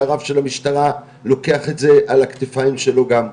שהרב של המשטרה לוקח את זה על הכתפיים שלו גם,